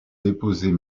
déposer